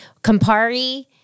Campari